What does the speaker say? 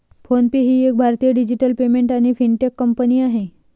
phone पे ही एक भारतीय डिजिटल पेमेंट आणि फिनटेक कंपनी आहे